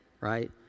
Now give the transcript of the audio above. right